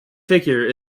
figure